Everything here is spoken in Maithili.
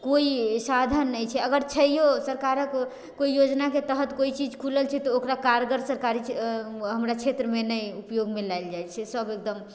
कोइ साधन नहि छै अगर छैहो सकरारक कोइ योजनाके तहत कोइ चीज खुलल छै तऽ ओकरा कारगर सरकारी हमरा क्षेत्रमे नहि उपयोगमे लाएल जाइत छै सभ एकदम